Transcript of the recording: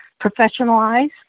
professionalize